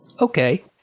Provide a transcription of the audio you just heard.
Okay